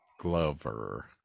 Glover